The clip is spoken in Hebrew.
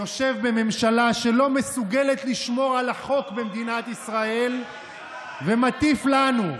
יושב בממשלה שלא מסוגלת לשמור על החוק במדינת ישראל ומטיף לנו.